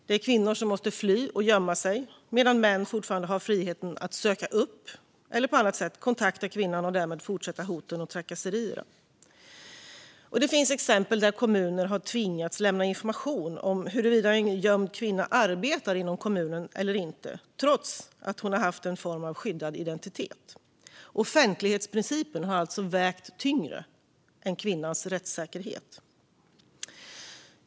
Det är kvinnor som måste fly och gömma sig, medan män fortfarande har friheten att söka upp eller på annat sätt kontakta kvinnan och därmed fortsätta hoten och trakasserierna. Det finns exempel där kommuner har tvingats lämna information om huruvida en gömd kvinna arbetar inom kommunen eller inte, trots att hon har haft en form av skyddad identitet. Offentlighetsprincipen har alltså vägt tyngre än kvinnans rättssäkerhet.